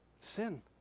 Sin